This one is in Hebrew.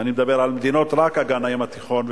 אני מדבר רק על מדינות אגן הים התיכון,